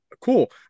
Cool